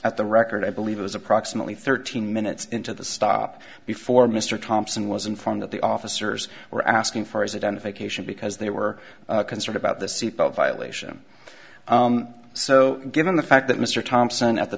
at the record i believe it was approximately thirteen minutes into the stop before mr thompson was informed that the officers were asking for his identification because they were concerned about the seatbelt violation so given the fact that mr thompson at the